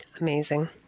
Amazing